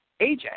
AJ